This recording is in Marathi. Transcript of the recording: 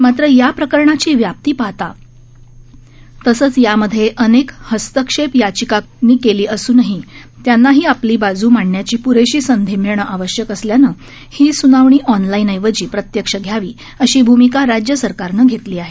परंतु या प्रकरणाची व्याप्ती पाहता तसेच यामध्ये अनेक हस्तक्षेप याचिकाकर्ते असून त्यांनाही आपली बाजू मांडण्याची प्रेशी संधी मिळणे आवश्यक असल्याने ही सूनावणी ऑनलाईन ऐवजी प्रत्यक्ष घ्यावी अशी भूमिका राज्य सरकारने घेतली आहे